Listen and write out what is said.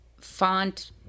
font